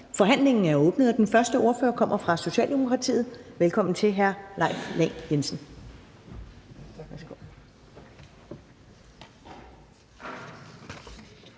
Forhandlingen er åbnet, og den første ordfører kommer fra Socialdemokratiet. Velkommen til hr. Leif Lahn Jensen.